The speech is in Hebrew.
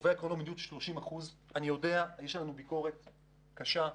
30%. אני יודע, יש עלינו ביקורת קשה,